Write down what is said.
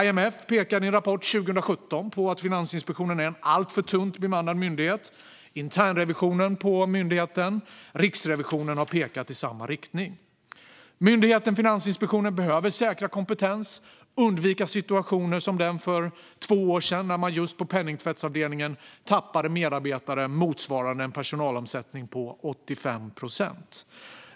IMF pekade i en rapport 2017 på att Finansinspektionen är en alltför tunt bemannad myndighet. Myndighetens internrevision och Riksrevisionen har pekat i samma riktning. Myndigheten Finansinspektionen behöver säkra kompetens och undvika situationer som den för två år sedan, när man på just penningtvättsavdelningen tappade medarbetare motsvarande en personalomsättning på 85 procent.